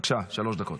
בבקשה, שלוש דקות.